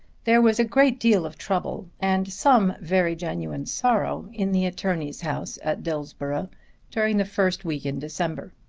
there was a great deal of trouble and some very genuine sorrow in the attorney's house at dillsborough during the first week in december.